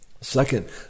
Second